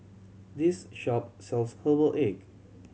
this shop sells herbal egg